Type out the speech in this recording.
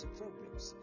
problems